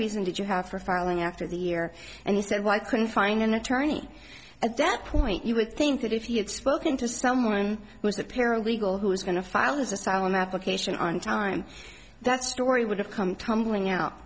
reason did you have for filing after the year and he said why couldn't find an attorney at that point you would think that if he had spoken to someone who was a paralegal who was going to file his asylum application on time that story would have come tumbling out